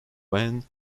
wen